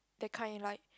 that kind like